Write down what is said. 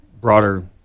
broader